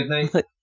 Goodnight